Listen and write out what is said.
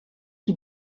qui